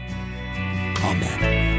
Amen